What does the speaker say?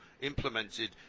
implemented